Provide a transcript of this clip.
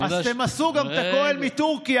אז תמסו גם את הכוהל מטורקיה,